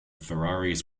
ferraris